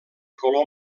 color